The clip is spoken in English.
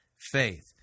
faith